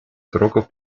сроков